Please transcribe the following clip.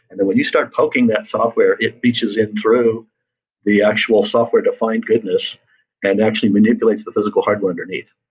and then when you start poking that software, it reaches in through the actual software-defined goodness and actually manipulates the physical hardware underneath.